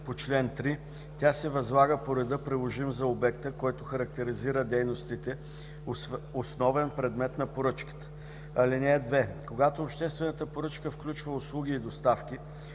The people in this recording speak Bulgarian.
по чл. 3, тя се възлага по реда, приложим за обекта, който характеризира дейностите – основен предмет на поръчката. (2) Когато обществената поръчка включва услуги и доставки,